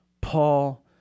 Paul